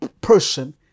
person